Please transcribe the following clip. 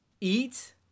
eat